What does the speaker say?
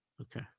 okay